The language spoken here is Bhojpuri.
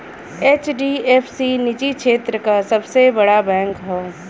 एच.डी.एफ.सी निजी क्षेत्र क सबसे बड़ा बैंक हौ